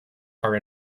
are